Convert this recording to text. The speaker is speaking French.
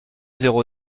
zéro